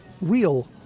real